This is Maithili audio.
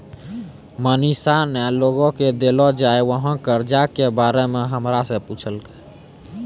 मनीषा ने लोग के देलो जाय वला कर्जा के बारे मे हमरा से पुछलकै